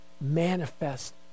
manifest